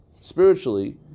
spiritually